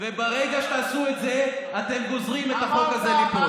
וברגע שתעשו את זה אתם גוזרים על החוק הזה ליפול.